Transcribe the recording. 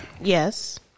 Yes